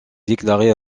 déclaré